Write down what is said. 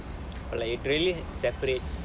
like it really separates err